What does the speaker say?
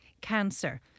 cancer